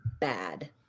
bad